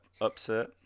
upset